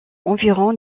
environ